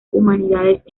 humanidades